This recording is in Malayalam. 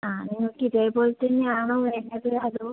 ആ നിങ്ങൾക്ക് ഇതേ പോലെ തന്നെ ആണോ വേണ്ടത് അതോ